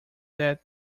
that